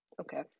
okay